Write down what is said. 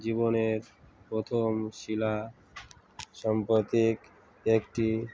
জীবনের প্রথম শিলা সাম্প্রতিক একটি